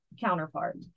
counterpart